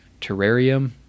terrarium